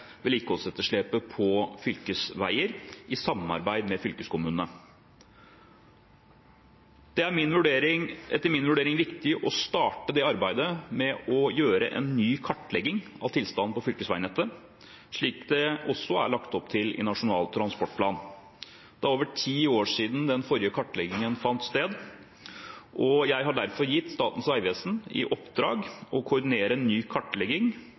vedlikeholdsetterslepet på fylkesveier i samarbeid med fylkeskommunene». Det er etter min vurdering viktig å starte det arbeidet med å gjøre en ny kartlegging av tilstanden på fylkesveinettet, slik det også er lagt opp til i Nasjonal transportplan. Det er over ti år siden den forrige kartleggingen fant sted. Jeg har derfor gitt Statens vegvesen i oppdrag å koordinere en ny kartlegging